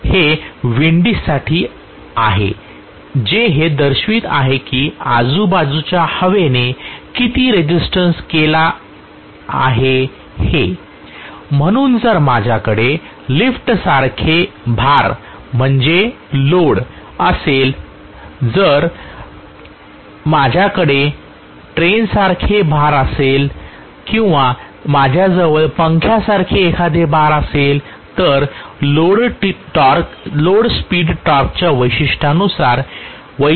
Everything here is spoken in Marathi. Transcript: हे वेंडीजसाठी आहे जे हे दर्शवित आहे की आजूबाजूच्या हवेने किती रेसिस्टन्स केला आहे हे म्हणून जर माझ्याकडे लिफ्ट सारखे भार असेल जर माझ्याकडे ट्रेनसारखे भार असेल तर किंवा माझ्याजवळ पंख्यासारखे एखादे भार असेल तर लोड स्पीड टॉर्कच्या वैशिष्ट्यांनुसार वैशिष्ट्ये खूप भिन्न राहील